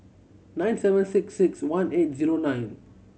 nine seven six six one eight zero nine